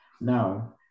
Now